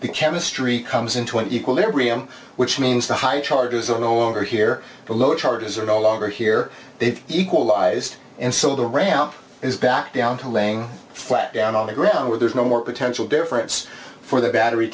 the chemistry comes into an equilibrium which means the high charges are no longer here below charges are no longer here they equalised and so the ramp is back down to laying flat down on the ground where there's no more potential difference for the battery